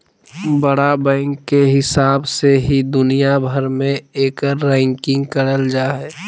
बड़ा बैंक के हिसाब से ही दुनिया भर मे एकर रैंकिंग करल जा हय